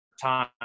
time